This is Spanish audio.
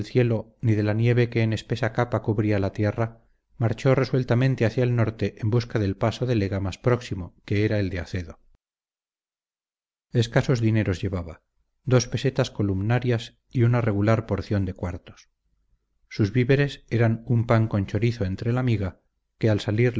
cielo ni de la nieve que en espesa capa cubría la tierra marchó resueltamente hacia el norte en busca del paso del ega más próximo que era el de acedo escasos dineros llevaba dos pesetas columnarias y una regular porción de cuartos sus víveres eran un pan con chorizo entre la miga que al salir